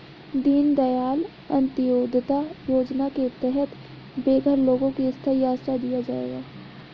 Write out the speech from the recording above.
दीन दयाल अंत्योदया योजना के तहत बेघर लोगों को स्थाई आश्रय दिया जाएगा